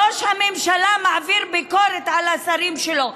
ראש הממשלה מעביר ביקורת על השרים שלו.